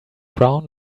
brown